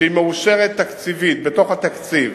שהיא מאושרת תקציבית, בתוך התקציב.